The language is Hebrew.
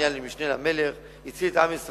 נהיה משנה למלך והציל את עם ישראל,